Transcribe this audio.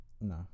No